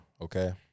okay